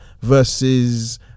versus